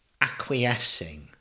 acquiescing